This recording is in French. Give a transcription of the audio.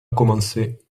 commencer